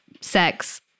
sex